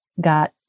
got